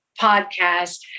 podcast